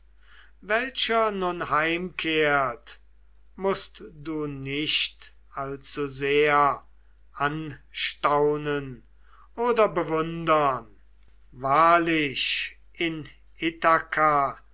welcher nun heimkehrt mußt du nicht allzusehr anstaunen oder bewundern wahrlich in